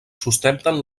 sustenten